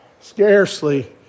Scarcely